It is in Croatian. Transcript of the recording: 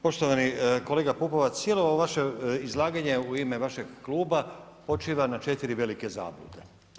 Poštovani kolega Pupovac, cijelo ovo vaše izlaganje u ime vašeg kluba počiva na četiri velike zablude.